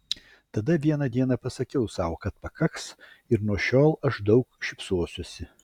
tada vieną dieną pasakiau sau kad pakaks ir nuo šiol aš daug šypsosiuosi